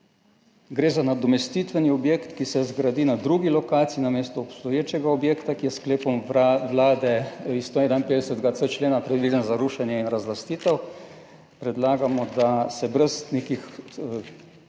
Gre za nadomestitveni objekt, ki se zgradi na drugi lokaciji namesto obstoječega objekta, ki je s sklepom Vlade iz 151.c člena predviden za rušenje in razlastitev. Predlagamo, da se brez nekih